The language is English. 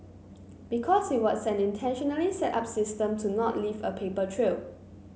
because it was an intentionally set up system to not leave a paper trail